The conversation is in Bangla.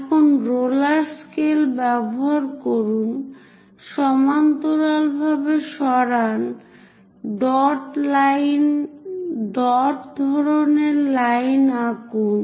এখন রোলার স্কেলার ব্যবহার করুন সমান্তরালভাবে সরান ডট ধরণের লাইন আকুন